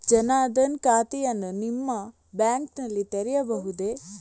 ಜನ ದನ್ ಖಾತೆಯನ್ನು ನಿಮ್ಮ ಬ್ಯಾಂಕ್ ನಲ್ಲಿ ತೆರೆಯಬಹುದೇ?